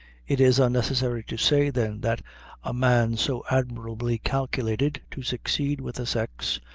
it is unnecessary to say, then, that a man so admirably calculated to succeed with the sex,